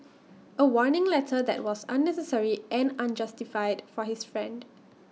A warning letter that was unnecessary and unjustified for his friend